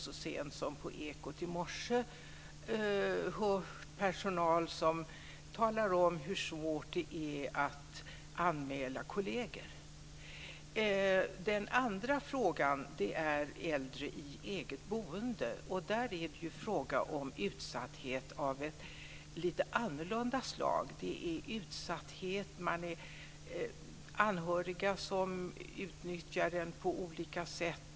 Så sent som på Ekot i morse kunde vi höra personal som berättade hur svårt det är att anmäla kolleger. Det andra frågan handlar om äldre i eget boende. Där handlar det om utsatthet av ett lite annorlunda slag. Man är utsatt för anhöriga som utnyttjar en på olika sätt.